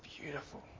beautiful